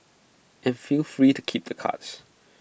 and feel free to keep the cards